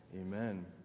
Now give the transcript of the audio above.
amen